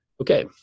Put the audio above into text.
Okay